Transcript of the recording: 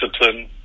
discipline